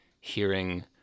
hearing